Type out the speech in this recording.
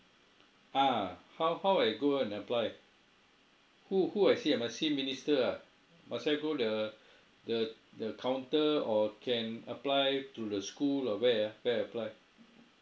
ah how how I go and apply who who I see I must see minister ah must I go the the the counter or can apply through the school or where ah where apply